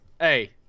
Hey